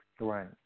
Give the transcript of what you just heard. Right